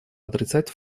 отрицать